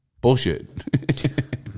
bullshit